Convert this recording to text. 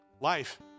life